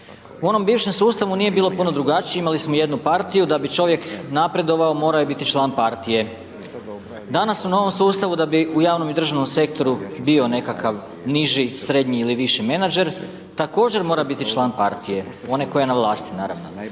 U onom bivšem sustavu nije bilo puno drugačije, imali smo jednu partiju da bi čovjek napredovao morao je biti član partije. Danas u novom sustavu da bi u javnom i državnom sektoru bio nekakav niži, srednji ili viši menadžer također mora biti član partije one koja je na vlasti, naravno.